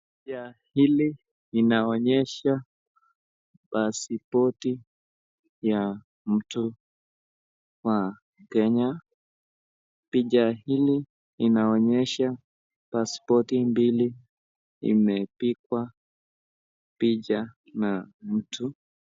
Picha hili inaonyesha pasipoti ya mtu wa kenya. Picha hili inaonyesha pasipoti mbili imepikwa picha na mtu.